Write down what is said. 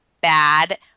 bad